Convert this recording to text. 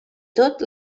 tot